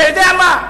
אתה יודע מה?